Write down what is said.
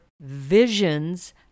visions